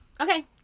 Okay